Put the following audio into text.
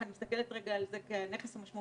אני מסתכלת על זה כעל נכס וכעל משאב אנושי